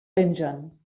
pengen